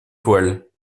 voile